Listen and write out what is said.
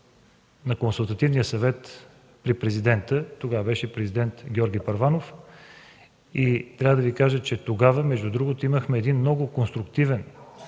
на Консултативния съвет при президента – тогава президент беше Георги Първанов. Трябва да Ви кажа, че тогава, между другото, имахме един много конструктивен